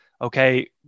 okay